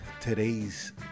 Today's